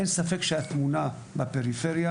אין ספק שהתמונה בפריפריה